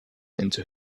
into